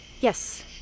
Yes